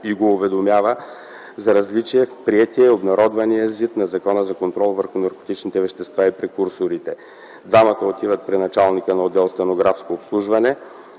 и го уведомява за различие в приетия и обнародвания ЗИД на Закона за контрол върху наркотичните вещества и прекурсорите. Двамата отиват при началника на отдел „Стенографско обслужване